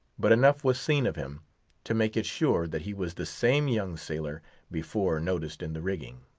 but enough was seen of him to make it sure that he was the same young sailor before noticed in the rigging.